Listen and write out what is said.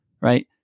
right